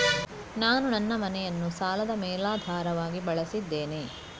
ನಾನು ನನ್ನ ಮನೆಯನ್ನು ಸಾಲದ ಮೇಲಾಧಾರವಾಗಿ ಬಳಸಿದ್ದೇನೆ